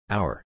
Hour